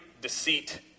deceit